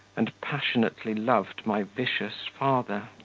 and passionately loved my vicious father.